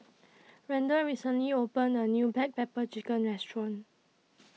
Randal recently opened A New Black Pepper Chicken Restaurant